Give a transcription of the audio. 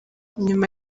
nyuma